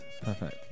Perfect